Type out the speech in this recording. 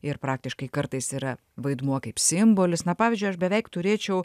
ir praktiškai kartais yra vaidmuo kaip simbolis na pavyzdžiui aš beveik turėčiau